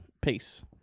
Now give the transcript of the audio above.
peace